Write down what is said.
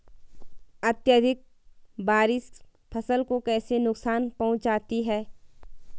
अत्यधिक बारिश फसल को कैसे नुकसान पहुंचाती है?